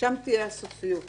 ספציפית